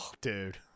dude